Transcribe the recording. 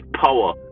power